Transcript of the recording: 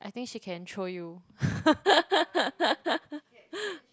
I think she can throw you